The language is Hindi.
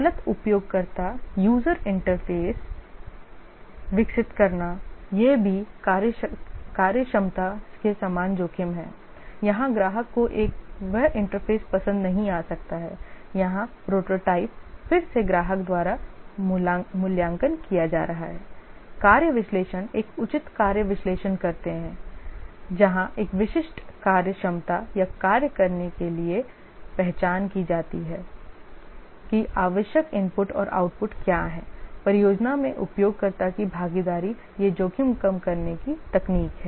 गलत उपयोगकर्ता इंटरफ़ेस विकसित करना यह भी कार्यक्षमता के समान जोखिम है यहां ग्राहक को वह इंटरफ़ेस पसंद नहीं आ सकता है यहाँ प्रोटोटाइप फिर से ग्राहक द्वारा मूल्यांकन किया जा रहा है कार्य विश्लेषण एक उचित कार्य विश्लेषण करते हैं जहां एक विशिष्ट कार्य क्षमता या कार्य करने के लिए पहचान की जाती है कि आवश्यक इनपुट और आउटपुट क्या हैं परियोजना में उपयोगकर्ता की भागीदारी ये जोखिम कम करने की तकनीक है